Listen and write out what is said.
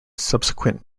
subsequent